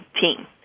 team